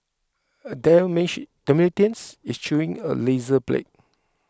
a Dalmatian is chewing a razor blade